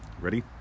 Ready